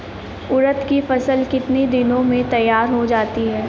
उड़द की फसल कितनी दिनों में तैयार हो जाती है?